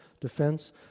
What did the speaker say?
defense